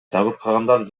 жабыркагандар